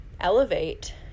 elevate